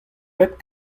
pep